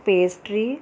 pastry